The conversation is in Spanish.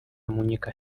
muñeca